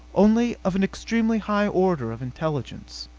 only of an extremely high order of intelligence.